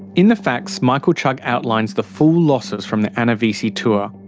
in the fax, michael chugg outlines the full losses from the anna vissi tour